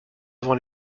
avant